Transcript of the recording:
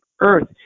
earth